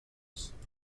signals